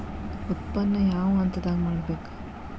ಉತ್ಪನ್ನ ಯಾವ ಹಂತದಾಗ ಮಾಡ್ಬೇಕ್?